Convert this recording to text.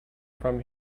from